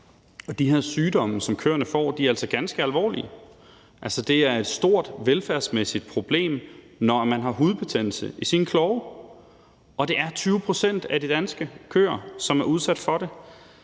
De her sygdomme, som køerne får, er altså ganske alvorlige. Det er et stort velfærdsmæssigt problem, når køerne har hudbetændelse i deres klove, og det er 20 pct. af de danske køer, der er udsat for det.